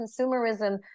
consumerism